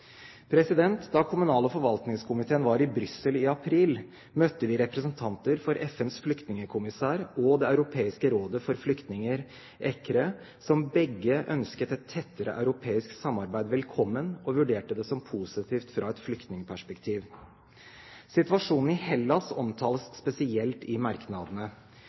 Da kommunal- og forvaltningskomiteen var i Brussel i april, møtte vi representanter for FNs flyktningkommissær og Det europeiske flyktningrådet, ECRE, som begge ønsket et tettere europeisk samarbeid velkommen, og vurderte det som positivt fra et flyktningperspektiv. Situasjonen i Hellas omtales spesielt i merknadene.